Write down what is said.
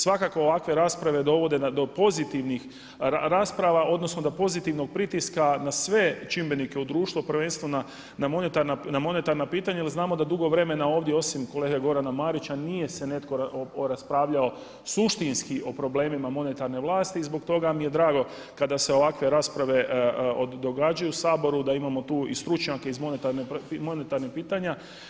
Svakako ovakve rasprave dovode do pozitivnih rasprava, odnosno do pozitivnog pritiska na sve čimbenike u društvu prvenstveno na monetarna pitanja jer znamo da dugo vremena ovdje osim kolege Gorana Marića nije se netko raspravljao suštinski o problemima monetarne vlasti i zbog toga mi je drago kada se ovakve rasprave događaju u Saboru, da imamo tu i stručnjake iz monetarnih pitanja.